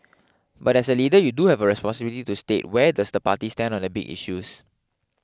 but as a leader you do have a responsibility to state where does the party stand on the big issues